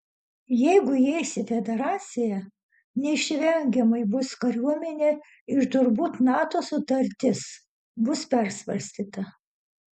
jeigu įeis į federaciją neišvengiamai bus kariuomenė ir turbūt nato sutartis bus persvarstyta